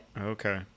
Okay